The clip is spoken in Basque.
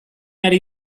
ari